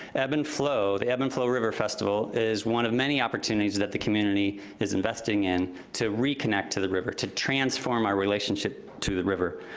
ebb and flow, the ebb and flow river festival is one of many opportunities that the community is investing in to reconnect to the river, to transform our relationship to the river.